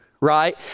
right